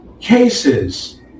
cases